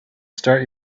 start